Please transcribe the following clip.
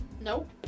Nope